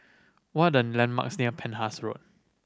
what are the landmarks near Penhas Road